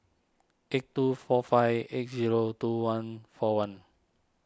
eight two four five eight zero two one four one